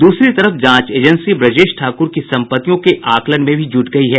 दूसरी तरफ जांच एजेंसी ब्रजेश ठाकुर की सम्पत्तियों के आकलन में भी जुट गयी है